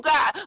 God